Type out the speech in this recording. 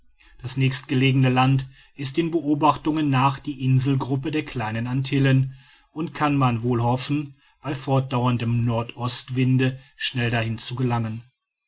das nächstgelegene land ist den beobachtungen nach die inselgruppe der kleinen antillen und kann man wohl hoffen bei fortdauerndem nordostwinde schnell dahin zu gelangen